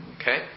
okay